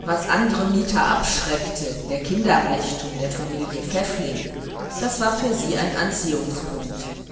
was andere mieter abschreckte der kinderreichtum der familie pfäffling das war für sie ein anziehungspunkt